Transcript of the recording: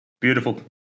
Beautiful